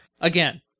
Again